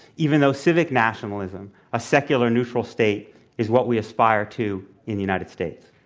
even though civic nationalism a secular, neutral state is what we aspire to in the united states.